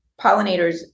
pollinators